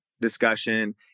discussion